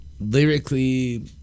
lyrically